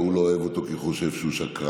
ההוא לא אוהב אותו כי הוא חושב שהוא שקרן,